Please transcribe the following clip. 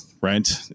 Right